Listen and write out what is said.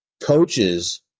Coaches